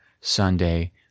Sunday